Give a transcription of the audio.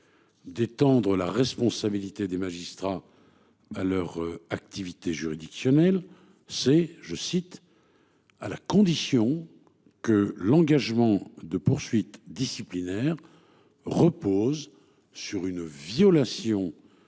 D'étendre la responsabilité des magistrats. À leur activité juridictionnelle c'est je cite. À la condition. Que l'engagement de poursuites disciplinaires. Repose sur une violation des